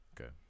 Okay